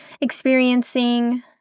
experiencing